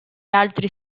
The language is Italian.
altri